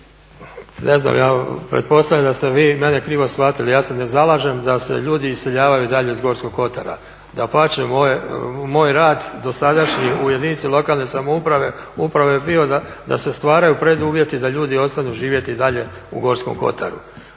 Ne znam ja pretpostavljam da ste vi mene krivo shvatili. Ja se ne zalažem da se ljudi iseljavaju i dalje iz Gorskog kotara, dapače moj rad dosadašnji u jedinici lokalne samouprave je bio da se stvaraju preduvjeti da ljudi ostanu živjeti i dalje u Gorskom kotaru,